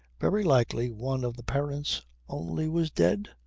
very likely one of the parents only was dead?